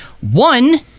One